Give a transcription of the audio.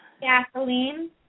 Gasoline